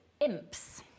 imps